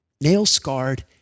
nail-scarred